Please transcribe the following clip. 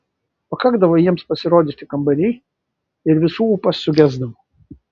pakakdavo jiems pasirodyti kambary ir visų ūpas sugesdavo